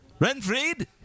Renfried